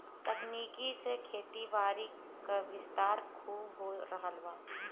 तकनीक से खेतीबारी क विस्तार खूब हो रहल बा